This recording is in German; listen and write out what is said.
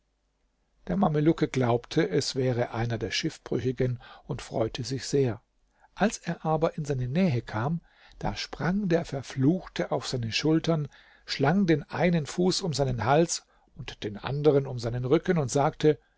der mamelucke glaubte es wäre einer der schiffbrüchigen und freute sich sehr als er aber in seine nähe kam da sprang der verfluchte auf seine schultern schlang den einen fuß um seinen hals und den anderen um seinen rücken und sagte